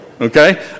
Okay